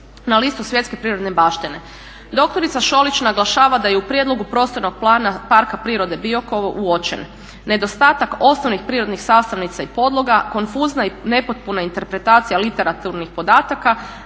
na listu svjetske prirodne baštine. Dr. Šolić naglašava da je u prijedlogu Prostornog plana Parka prirode Biokovo uočen nedostatak osnovnih prirodnih sastavnica i podloga, konfuzna i nepotpuna interpretacija literaturnih podataka,